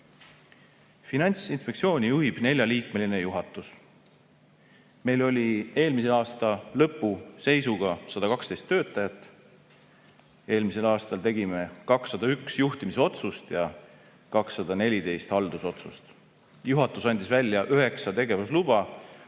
Finantsinspektsiooni juhib neljaliikmeline juhatus. Meil oli eelmise aasta lõpu seisuga 112 töötajat. Eelmisel aastal tegime 201 juhtimisotsust ja 214 haldusotsust. Juhatus andis välja üheksa tegevusluba